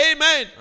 Amen